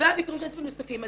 והביקורים שעשינו הם נוספים.